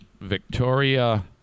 Victoria